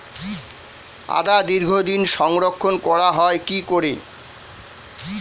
আদা দীর্ঘদিন সংরক্ষণ করা হয় কি করে?